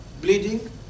bleeding